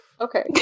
Okay